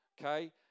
okay